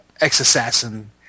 ex-assassin